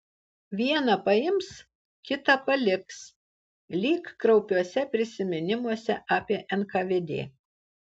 vieną paims kitą paliks lyg kraupiuose prisiminimuose apie nkvd